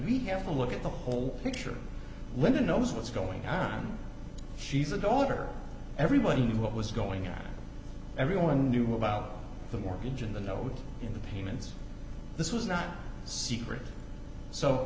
we have to look at the whole picture linda knows what's going on she's a daughter everybody knew what was going to happen everyone knew about the mortgage and the no in the payments this was not secret so